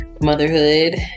motherhood